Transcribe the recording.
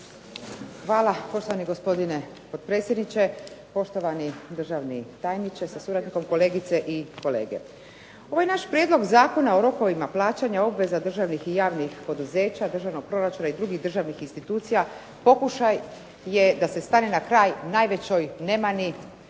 Hvala. Poštovani gospodine potpredsjedniče, poštovani dražvni tajniče sa suradnikom, kolegice i kolege. Ovaj naš prijedlog zakona o rokovima plaćanja obveza državnih i javnih poduzeća državnog proračuna i drugih državnih institucija pokušaj je da se stane na kraj najvećoj nemani